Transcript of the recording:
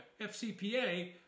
FCPA